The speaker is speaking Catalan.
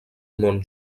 món